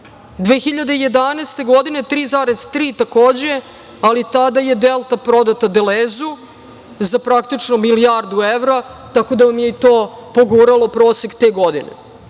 2011. 3,3 takođe, ali tada je „Delta“ prodata „Delezeu“ za praktično milijardu evra. Tako da vam je i to poguralo prosek te godine. Dakle,